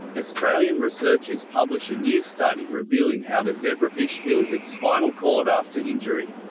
australian researchers publish a new study revealing how the zebrafish heals its spinal cord after injury.